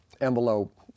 envelope